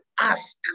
ask